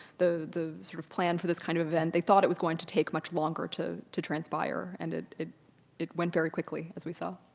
the the sort of plan for this kind of event, they thought it was going to take much longer to to transpire and it it went very quickly as we saw.